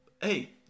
Hey